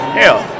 hell